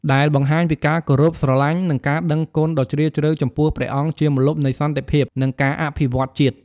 ដែលបង្ហាញពីការគោរពស្រឡាញ់ និងការដឹងគុណដ៏ជ្រាលជ្រៅចំពោះព្រះអង្គជាម្លប់នៃសន្តិភាព និងការអភិវឌ្ឍន៍ជាតិ។